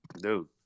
dude